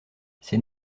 ses